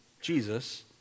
Jesus